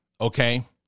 okay